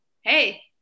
hey